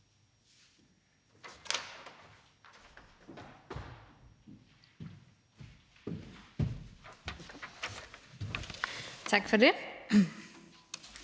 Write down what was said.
Tak for ordet.